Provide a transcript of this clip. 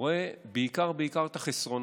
רואה בעיקר בעיקר את החסרונות.